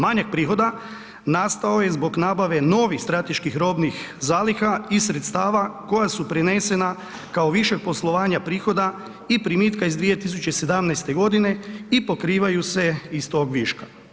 Manjak prihoda nastao je zbog nabave novih strateških robnih zaliha iz sredstava koja su prenesena kao višak poslovanja prihoda i primitka iz 2017. godine i pokrivaju se iz tog viška.